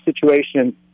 situation